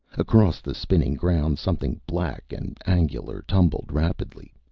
across the spinning ground, something black and angular tumbled rapidly.